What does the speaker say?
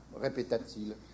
répéta-t-il